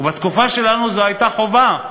ובתקופה שלנו זו הייתה חובה,